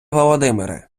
володимире